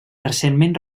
recentment